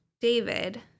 David